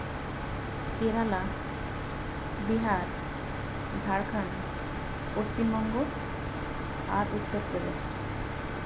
ᱠᱮᱨᱟᱞᱟ ᱵᱤᱦᱟᱨ ᱡᱷᱟᱲᱠᱷᱚᱸᱰ ᱯᱚᱪᱷᱤᱢ ᱵᱚᱝᱜᱚ ᱟᱨ ᱩᱛᱛᱚᱨ ᱯᱨᱚᱫᱮᱥ